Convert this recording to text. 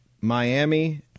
Miami